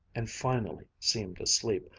and finally seemed asleep,